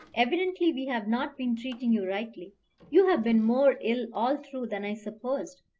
evidently we have not been treating you rightly you have been more ill all through than i supposed.